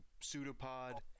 pseudopod